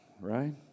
right